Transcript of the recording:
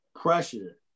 Pressure